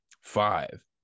five